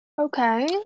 Okay